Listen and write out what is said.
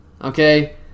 Okay